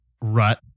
rut